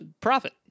profit